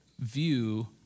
view